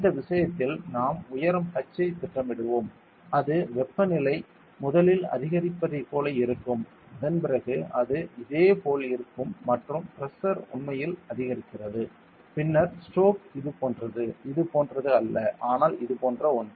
இந்த விஷயத்தில் நாம் உயரம் h ஐத் திட்டமிடுவோம் அது வெப்பநிலை முதலில் அதிகரிப்பதைப் போல இருக்கும் அதன் பிறகு அது இதேபோல் இருக்கும் மற்றும் பிரஷர் உண்மையில் அதிகரிக்கிறது பின்னர் ஸ்ட்ரோக் இது போன்றது இது போன்றது அல்ல ஆனால் இது போன்ற ஒன்று